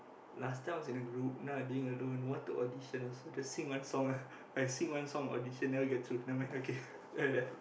last time was in a group now I'm doing alone want to audition also to sing one ah I sing one song audition never get through nevermind okay then I left